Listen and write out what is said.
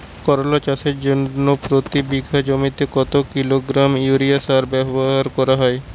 করলা চাষের জন্য প্রতি বিঘা জমিতে কত কিলোগ্রাম ইউরিয়া সার ব্যবহার করা হয়?